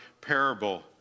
parable